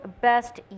best